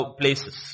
places